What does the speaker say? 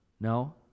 No